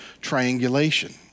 triangulation